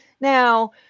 Now